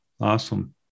Awesome